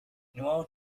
noel